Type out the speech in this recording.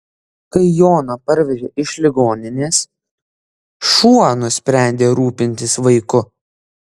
kai joną parvežė iš ligoninės šuo nusprendė rūpintis vaiku